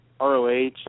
ROH